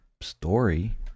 story